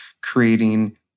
creating